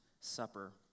Supper